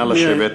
נא לשבת.